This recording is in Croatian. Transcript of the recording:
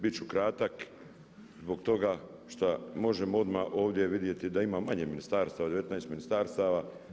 Bit ću kratak zbog toga šta možemo odmah ovdje vidjeti da ima manje ministarstava, 19 ministarstava.